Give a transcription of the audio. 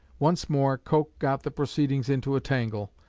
once more coke got the proceedings into a tangle,